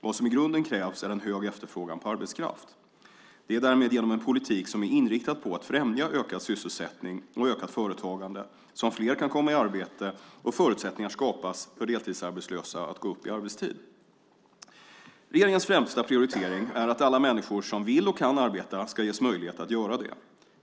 Vad som i grunden krävs är en hög efterfrågan på arbetskraft. Det är därmed genom en politik som är inriktad på att främja ökad sysselsättning och ökat företagande som fler kan komma i arbete och förutsättningar skapas för deltidsarbetslösa att gå upp i arbetstid. Regeringens främsta prioritering är att alla människor som vill och kan arbeta ska ges möjlighet att göra det.